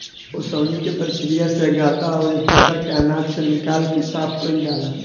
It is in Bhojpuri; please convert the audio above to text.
ओसवनी के प्रक्रिया से गर्दा अउरी भूसा के आनाज से निकाल के साफ कईल जाला